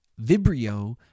vibrio